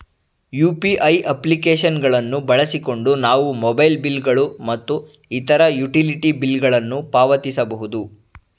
UPI application ಗಳನ್ನು ಬಳಸಿಕೊಂಡು ನಾವು ಮೊಬೈಲ್ ಬಿಲ್ ಗಳು ಮತ್ತು ಇತರ ಯುಟಿಲಿಟಿ ಬಿಲ್ ಗಳನ್ನು ಪಾವತಿಸಬಹುದು